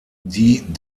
die